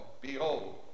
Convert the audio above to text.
behold